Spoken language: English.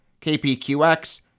KPQX